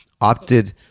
opted